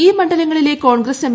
ഈ മണ്ഡലങ്ങളിലെ കോൺഗ്രസ് എം